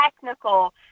technical